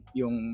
yung